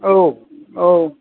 औ औ